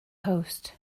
host